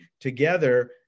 together